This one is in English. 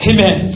Amen